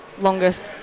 longest